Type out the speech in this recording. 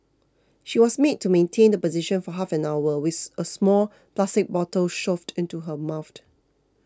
she was made to maintain the position for half an hour with a small plastic bottle shoved into her mouth